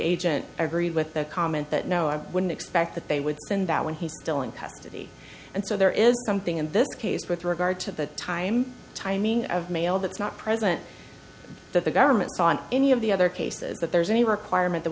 agent i agree with the comment that no i wouldn't expect that they would send that when he's still in custody and so there is something in this case with regard to the time timing of mail that's not present that the government's on any of the other cases that there's any requirement that